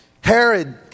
Herod